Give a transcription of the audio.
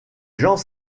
gens